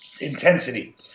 intensity